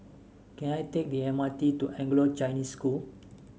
can I take the M R T to Anglo Chinese School